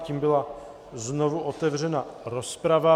Tím byla znovu otevřena rozprava.